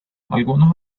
algunos